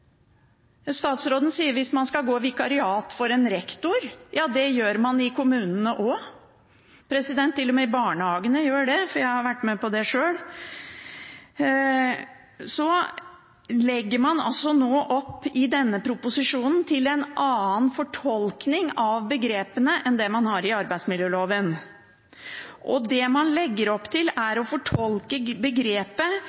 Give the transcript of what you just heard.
Statsråden sier det er hvis man f.eks. skal gå i vikariat for en rektor. Ja, det gjør man i kommunene også. Til og med barnehagene gjør det, jeg har vært med på det sjøl. I denne proposisjonen legger man nå opp til en annen fortolkning av begrepet enn det man har i arbeidsmiljøloven. Det man legger opp til,